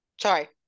sorry